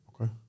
Okay